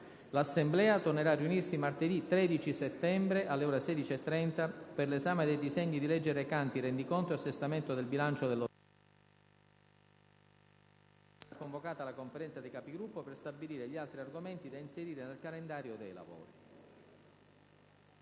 L'Assemblea tornerà a riunirsi martedì 13 settembre, alle ore 16,30, per l'esame dei disegni di legge recanti rendiconto e assestamento del bilancio dello Stato. Nel corso di tale settimana, sarà convocata la Conferenza dei Capigruppo per stabilire gli altri argomenti da inserire nel calendario dei lavori.